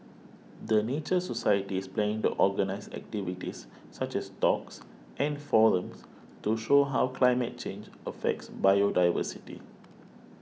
the Nature Society is planning to organise activities such as talks and forums to show how climate change affects biodiversity